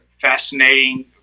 fascinating